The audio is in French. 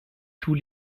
tous